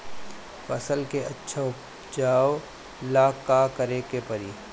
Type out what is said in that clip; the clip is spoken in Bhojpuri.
फसल के अच्छा उपजाव ला का करे के परी?